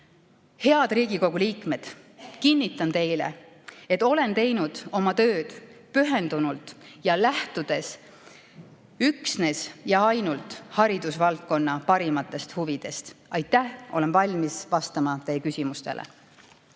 Head Riigikogu liikmed! Kinnitan teile, et olen teinud oma tööd pühendunult ja lähtudes üksnes ja ainult haridusvaldkonna parimatest huvidest. Aitäh! Olen valmis vastama teie küsimustele.